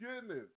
Goodness